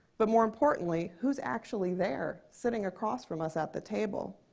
but more importantly, who's actually there sitting across from us at the table?